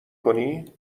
کنی